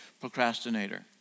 procrastinator